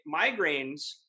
migraines